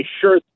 sure –